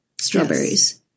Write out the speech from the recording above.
strawberries